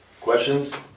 questions